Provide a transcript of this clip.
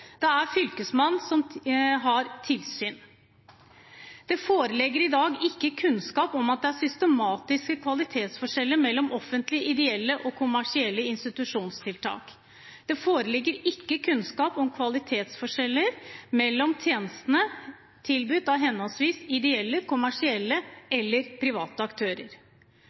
Det er Fylkesmannen som har tilsyn. Det foreligger i dag ikke kunnskap om at det er systematiske kvalitetsforskjeller mellom offentlige, ideelle og kommersielle institusjonstiltak. Det foreligger ikke kunnskap om kvalitetsforskjeller mellom tjenestene tilbudt av henholdsvis ideelle, kommersielle eller private aktører.